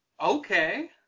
Okay